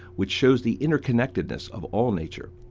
which shows the interconnectedness of all nature.